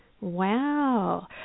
Wow